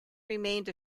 remained